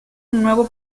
nuevo